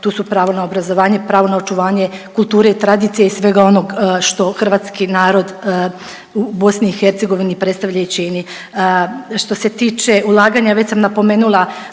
tu su pravo na obrazovanje, pravo na očuvanje kulture i tradicije i svega onog što hrvatski narod u BiH predstavlja i čini. Što se tiče ulaganja već sam napomenula